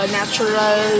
natural